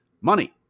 money